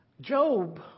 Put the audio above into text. Job